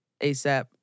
ASAP